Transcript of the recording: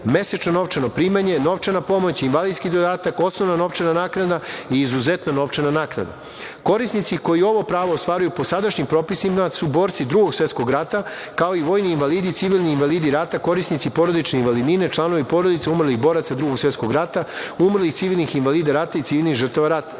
mesečno novčano primanje, novčana pomoć, invalidski dodatak, osnovna novčana naknada i izuzetna novčana naknada. Korisnici koji ovo pravo ostvaruju, po sadašnjim propisima, su borci Drugog svetskog rata, kao i vojni invalidi, civilni invalidi rata, korisnici porodične invalidnine, članovi porodice umrlih boraca Drugog svetskog rata, umrlih civilnih invalida rata i civilnih žrtava rata.S